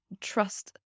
trust